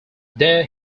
there